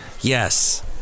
Yes